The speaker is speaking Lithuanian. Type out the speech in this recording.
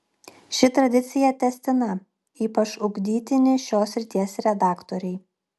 ši tradicija tęstina ypač ugdytini šios srities redaktoriai